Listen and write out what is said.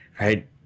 right